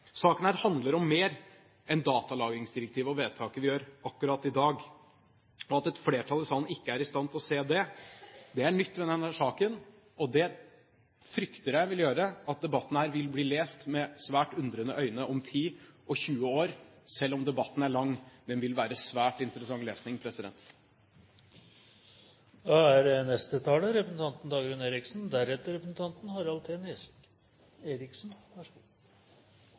Saken her handler om mer enn datalagringsdirektivet og vedtaket vi gjør akkurat i dag. At et flertall i salen ikke er i stand til å se det, er nytt ved denne saken, og det frykter jeg vil gjøre at denne debatten vil bli lest med svært undrende øyne om ti og tjue år, selv om debatten er lang. Den vil være svært interessant lesning. Siden representanten Hareide tok stemmeforklaringen, gir det meg mulighet til heller å bruke tiden på argumenter. Det er en kvinnealder siden jeg kom inn på Stortinget i 1997. Da